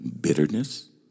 bitterness